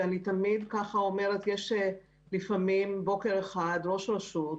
יש מצבים בהם בוקר אחד ראש רשות,